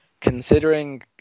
considering